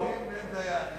אין דין ואין דיין.